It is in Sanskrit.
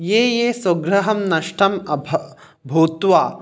ये ये स्वगृहं नष्टम् अभ भूत्वा